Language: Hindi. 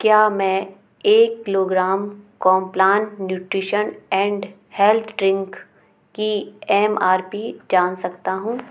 क्या मैं एक kilogram Complan nutrition and health drink की एम आर पी जान सकता हूँ